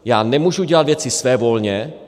Já nemůžu dělat věci svévolně.